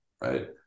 right